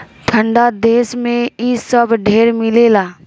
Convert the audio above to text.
ठंडा देश मे इ सब ढेर मिलेला